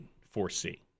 foresee